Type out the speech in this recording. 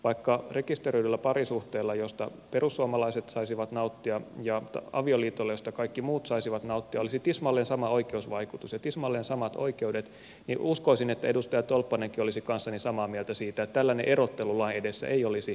vaikka rekisteröidyllä parisuhteella josta perussuomalaiset saisivat nauttia ja avioliitolla josta kaikki muut saisivat nauttia olisi tismalleen sama oikeusvaikutus ja tismalleen samat oikeudet niin uskoisin että edustaja tolppanenkin olisi kanssani samaa mieltä siitä että tällainen erottelu lain edessä ei olisi yhdenvertaista